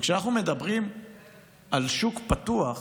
וכשאנחנו מדברים על שוק פתוח,